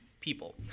people